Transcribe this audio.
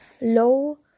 low